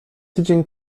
tydzień